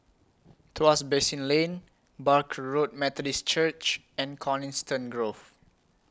Tuas Basin Lane Barker Road Methodist Church and Coniston Grove